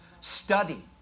study